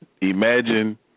imagine